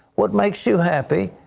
what makes you happy?